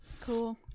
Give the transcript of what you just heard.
Cool